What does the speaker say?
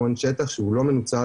המון שטח שהוא לא מנוצל,